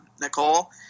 Nicole